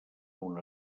una